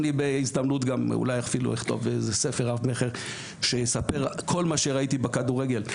אני בהזדמנות גם אולי אכתוב ספר רב מכר שיספר כל מה שראיתי בכדורגל.